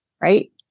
right